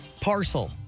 Parcel